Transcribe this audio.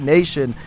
Nation